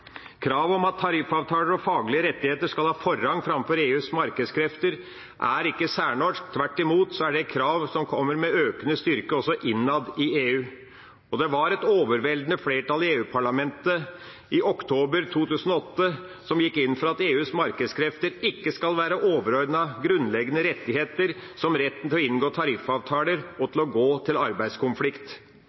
som kommer med økende styrke også innad i EU. Det var et overveldende flertall i EU-parlamentet i oktober 2008 som gikk inn for at EUs markedskrefter ikke skal være overordnet grunnleggende rettigheter, som retten til å inngå tariffavtaler og til å gå til en arbeidskonflikt.